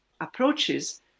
approaches